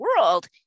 world